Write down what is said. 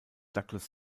douglas